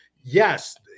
Yes